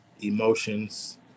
emotions